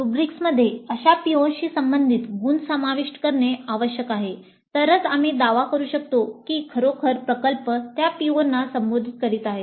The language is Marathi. रुब्रिक्समध्ये अशा POशी संबंधित गुण समाविष्ट करणे आवश्यक आहे तरच आम्ही दावा करू शकतो की खरोखर प्रकल्प त्या PO ना संबोधित करीत आहे